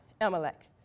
Amalek